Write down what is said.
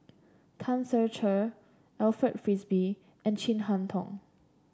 Tan Ser Cher Alfred Frisby and Chin Harn Tong